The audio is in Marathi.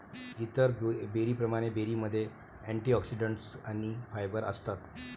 इतर बेरींप्रमाणे, बेरीमध्ये अँटिऑक्सिडंट्स आणि फायबर असतात